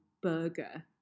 burger